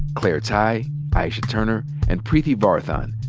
claire tighe, aisha turner, and preeti varathan.